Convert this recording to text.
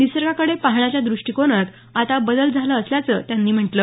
निसर्गाकडे पाहण्याच्या दृष्टिकोनात आता बदल झाला असल्याचं त्यांनी म्हटलं